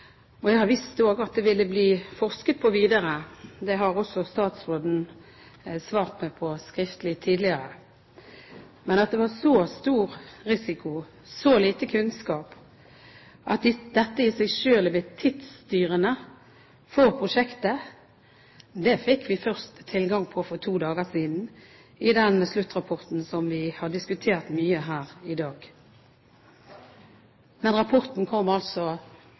og jeg har visst om at det ville det bli forsket videre på. Det har også statsråden svart meg på skriftlig tidligere. Men at det var så stor risiko, så lite kunnskap, at dette i seg selv er blitt tidsstyrende for prosjektet, fikk vi først tilgang på for to dager siden i den sluttrapporten som vi har diskutert mye her i dag. Men rapporten kom altså